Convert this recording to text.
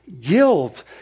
guilt